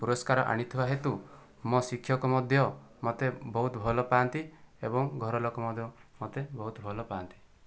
ପୁରସ୍କାର ଆଣିଥିବା ହେତୁ ମୋ ଶିକ୍ଷକ ମଧ୍ୟ ମୋତେ ବହୁତ ଭଲ ପାଆନ୍ତି ଏବଂ ଘରଲୋକ ମଧ୍ୟ ମୋତେ ବହୁତ ଭଲ ପାଆନ୍ତି